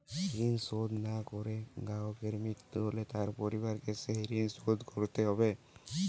ঋণ শোধ না করে গ্রাহকের মৃত্যু হলে তার পরিবারকে সেই ঋণ শোধ করতে হবে?